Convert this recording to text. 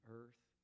earth